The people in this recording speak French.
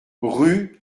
rue